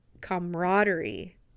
camaraderie